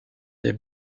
des